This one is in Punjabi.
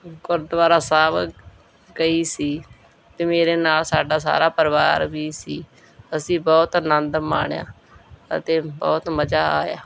ਗੁਰਦੁਆਰਾ ਸਾਹਿਬ ਗਈ ਸੀ ਅਤੇ ਮੇਰੇ ਨਾਲ ਸਾਡਾ ਸਾਰਾ ਪਰਿਵਾਰ ਵੀ ਸੀ ਅਸੀਂ ਬਹੁਤ ਆਨੰਦ ਮਾਣਿਆ ਅਤੇ ਬਹੁਤ ਮਜ਼ਾ ਆਇਆ